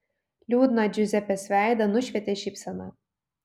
liūdną džiuzepės veidą nušvietė šypsena